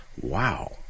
Wow